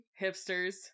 Hipsters